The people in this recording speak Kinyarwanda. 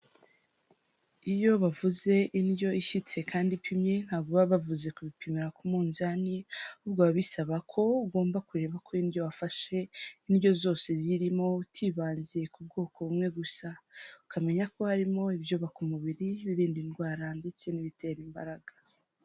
Iyo bavuze indyo ishyitse kandi ipimye, ntibaba bavuze kuyipimira ku munzani. Ahubwo biba bisaba ko ugomba kureba ko indyo wafashe, indyo zose zirimo; utibanze ku bwoko bumwe gusa. Ukamenya ko harimo ibyubaka umubiri, ibirinda indwara ndetse n'ibitera imbaraga.